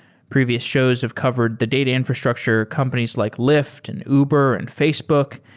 previous shows have covered the data infrastructure companies like lyft, and uber, and facebook,